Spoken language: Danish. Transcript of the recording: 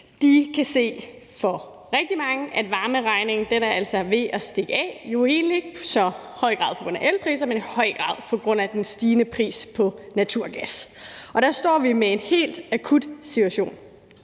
for rigtig mange jo er ved at stikke af, og det er i høj grad på grund af elpriserne, men også i høj grad på grund af den stigende pris på naturgas. Og der står vi i en helt akut situation,